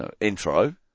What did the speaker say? Intro